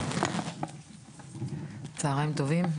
צוהריים טובים,